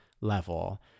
level